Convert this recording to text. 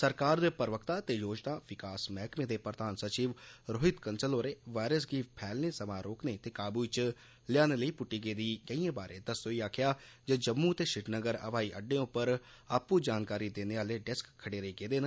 सरकार दे प्रवक्ता ते योजना विकास मैहकमे दे प्रधान संविव रोहित कंसल होरें वायरस गी फैलने संवां रोकने ते काबू इच लेयाने लेई पुट्टी गेदी गैइयें बारै दस्सदे होई आक्खेआ जे जम्मू ते श्रीनगर हवाई अड्डें उप्पर आपू जानकारी देने आले डेस्क खडेरे गेदे न